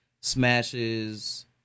smashes